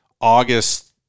August